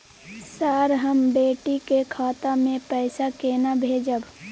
Sir, हम बेटी के खाता मे पैसा केना भेजब?